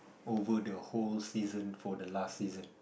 over the whole season for the last season